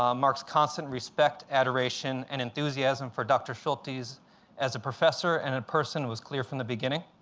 um mark's constant respect, adoration, and enthusiasm for dr. schultes as a professor and in person was clear from the beginning.